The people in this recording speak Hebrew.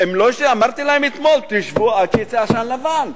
אמרתי להם אתמול: תשבו עד שיצא עשן לבן.